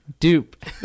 Dupe